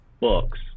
books